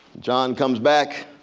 john comes back.